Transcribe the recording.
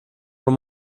von